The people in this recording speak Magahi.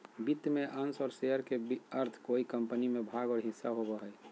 वित्त में अंश और शेयर के अर्थ कोय कम्पनी में भाग और हिस्सा होबो हइ